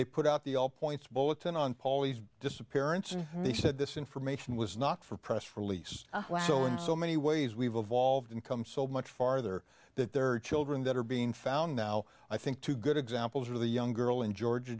they put out the all points bulletin on polly's disappearance and they said this information was not for press release so in so many ways we've evolved income so much farther that there are children that are being found now i think two good examples are the young girl in georgia